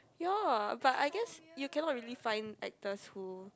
ya but I guess you cannot really find actors who